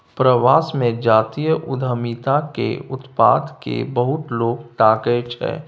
प्रवास मे जातीय उद्यमिता केर उत्पाद केँ बहुत लोक ताकय छै